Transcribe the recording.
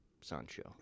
Sancho